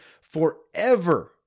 forever